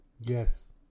Yes